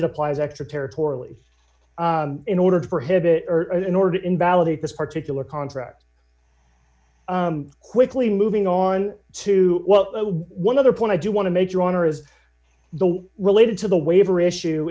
it applies extraterritorial in order to prohibit or in order to invalidate this particular contract quickly moving on to well one other point i do want to make your honor is the related to the waiver issue